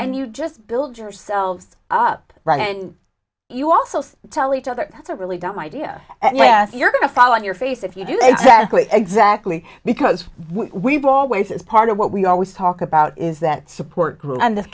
and you just build yourselves up right and you also tell each other that's a really dumb idea and yes you're going to fall on your face if you do they exactly exactly because we've always as part of what we always talk about is that support group and the